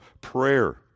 prayer